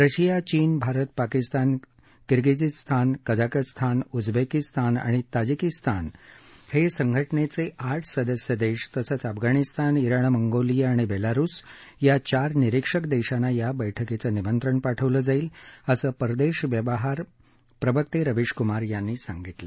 Russia चीन Bharat Pakistan Kyrgyzstan Kazakhstan Uzbekistan आणि Tajikistan हे संघटनेचे आठ सदस्य देश तसंच अफगाणिस्तान इराण मंगोलिया आणि बेलारुस ह्या चार निरिक्षक देशांना या बैठकीचं निमंत्रण पाठवलं जाईल असं परदेश व्यवहार प्रवक्ते रवीश कुमार यांनी सांगितलं